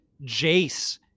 jace